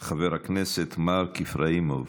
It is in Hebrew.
חבר הכנסת מרק איפראימוב.